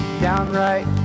downright